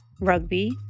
rugby